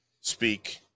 speak